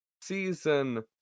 season